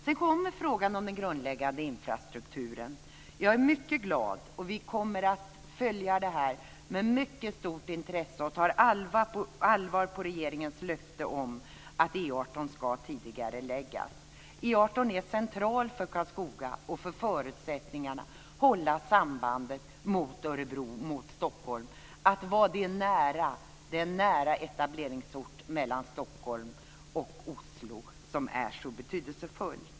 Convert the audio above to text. Sedan kommer frågan om den grundläggande infrastrukturen. Jag är mycket glad - vi kommer att följa det med stort intresse och tar regeringens löfte på allvar - för att E 18 ska tidigareläggas. E 18 är central för Karlskoga och för förutsättningarna att hålla sambandet mot Örebro och Stockholm och vara en nära etableringsort mellan Stockholm och Oslo. Det är mycket betydelsefullt.